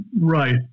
Right